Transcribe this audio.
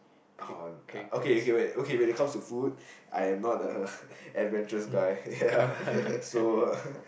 oh okay okay wait okay wait when it comes to food I'm not the adventurous guy ya so